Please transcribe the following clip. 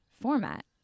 format